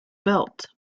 belt